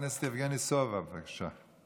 חבר הכנסת יבגני סובה, בבקשה.